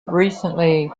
recently